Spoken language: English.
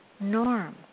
norm